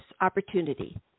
opportunity